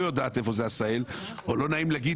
יודעת איפה זה עשהאל או לא נעים להגיד,